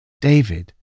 David